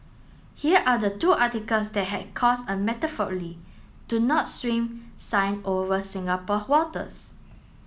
here are the two articles that has cast a do not swim sign over Singapore waters